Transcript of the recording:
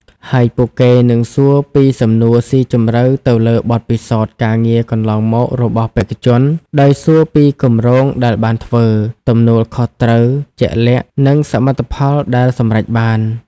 ហើយពួកគេនឹងសួរពីសំណួរសុីជម្រៅទៅលើបទពិសោធន៍ការងារកន្លងមករបស់បេក្ខជន ដោយសួរពីគម្រោងដែលបានធ្វើ ទំនួលខុសត្រូវជាក់លាក់ និងសមិទ្ធផលដែលសម្រេចបាន។